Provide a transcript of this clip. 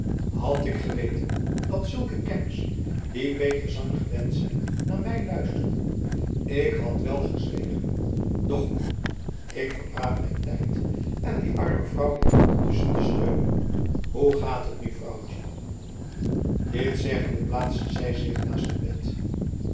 had ik geweten dat zulke kenners die beter zang gewend zijn naar mij luisterden ik had wel gezwegen doch kom ik verpraat mijn tijd en die arme vrouw ligt ondertusschen te steunen hoe gaat het nu vrouwtje dit zeggende plaatste zij zich naast het bed